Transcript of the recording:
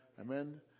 Amen